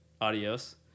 Adios